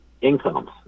incomes